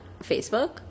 Facebook